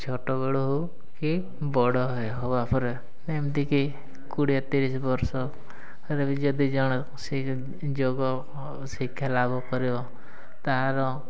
ଛୋଟବେଳୁ ହେଉ କି ବଡ଼ ହେବା ପରେ ଏମିତିକି କୋଡ଼ିଏ ତିରିଶ ବର୍ଷରେ ବି ଯଦି ଜଣେ ଯୋଗ ଶିକ୍ଷା ଲାଭ କରିବ ତାହାର